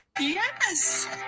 Yes